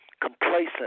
complacent